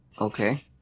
Okay